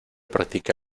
practica